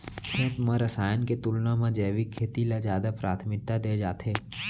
खेत मा रसायन के तुलना मा जैविक खेती ला जादा प्राथमिकता दे जाथे